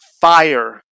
fire